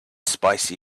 spicy